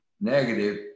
negative